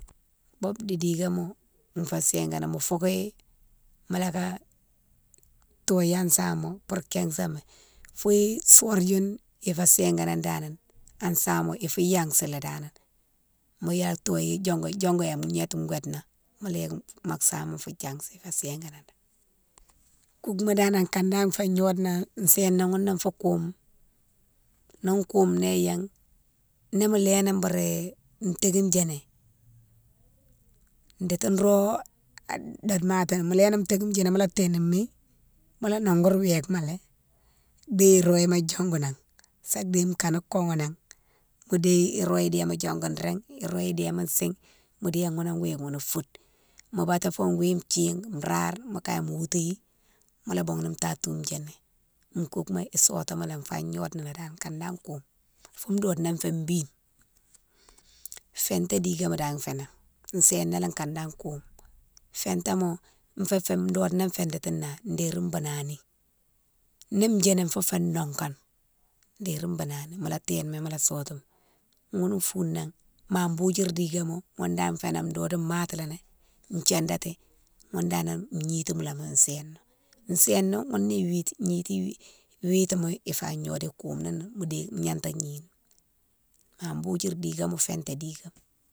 Bodou dikema fé siganan, mo foukiyi mola ka toye an sama pour kinsoma fou soriyounne fé siganan danan an sama ifou yansi danan, mola toyi diongou, diongou an yétima gouwet na mola yike mo sama fou diansi fo siganan. Koukma danan kane dane fé a gnode na séna ghounné fa koume, ni koume néyan, ni mo léni boure tékine yini, dékdi nro domatoma mo léni tékine yini mola ténimi, mola nogui wékema lé, déye royima diongou nan sa déye kane kouyanan mo déye royine déma diongou ringue, royine déma sighe mo déye wounne wéke wounne foude mo baté fou gouine thine, rare mo ka mo woutighi mola bougounne tatou djini, koukema isotimilé fa gnode malé dane kane dane koume, foune dode na fé bine. Finté dikema dane fénan séna lé ikane dane koume, fintéma fou fé dodna fintati né dérine banani, ni djini fou fé nogane déri banani, mola téni mola sotou ghounne foune nan mame bodjour dikema ghounne dane fénan dode matilé, thiandati ghpunne dane gnitimalé séna. Séna ghounné witi, gniti witima fa gnode ikoume ni mo déye mo gnata gni, mame bodjour dikema finté dikema.